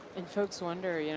and folks wonder, yeah